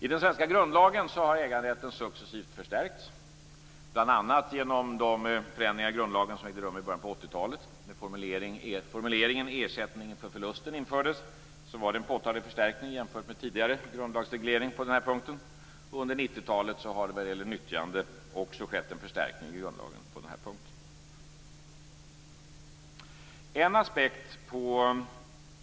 I den svenska grundlagen har äganderätten successivt förstärkts bl.a. genom de förändringar av grundlagen som ägde rum i början av 80-talet. Formuleringen "ersättning för förlusten" infördes, som var en påtaglig förstärkning jämfört med en tidigare grundlagsreglering på den här punkten. Under 90-talet har vad gäller nyttjande också skett en förstärkning av grundlagen i det här avseendet.